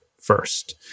first